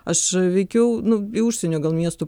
aš veikiau nu į užsienio gal miestų